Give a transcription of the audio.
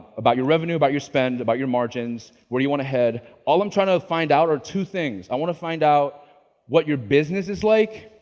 about your revenue, about your spend, about your margin, where you want to head. all i'm trying to find out are two things. i want to find out what your business is like,